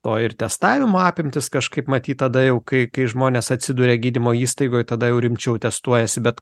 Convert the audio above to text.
to ir testavimo apimtys kažkaip matyt tada jau kai kai žmonės atsiduria gydymo įstaigoj tada jau rimčiau testuojasi bet